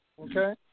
Okay